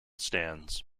stands